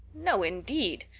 no, indeed!